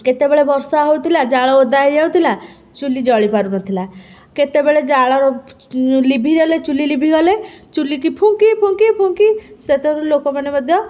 କେତେବେଳେ ବର୍ଷା ହେଉଥିଲା ଯାଳ ଓଦା ହେଇଯାଉଥିଲା ଚୁଲି ଜଳି ପାରୁନଥିଲା କେତେବେଳେ ଯାଳ ଲିଭିଗଲେ ଚୁଲି ଲିଭିଗଲେ ଚୁଲି କି ଫୁଙ୍କି ଫୁଙ୍କି ଫୁଙ୍କି ସେତେବେଳେ ଲୋକମାନେ ମଧ୍ୟ